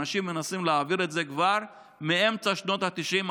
אנשים מנסים להעביר את זה כבר מאמצע שנות התשעים,